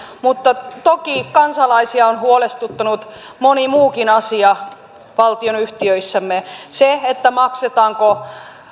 mutta toki kansalaisia on huolestuttanut moni muukin asia valtionyhtiöissämme se maksetaanko